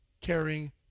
caring